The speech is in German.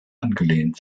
angelehnt